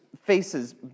faces